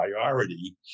priority